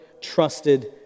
trusted